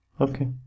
Okay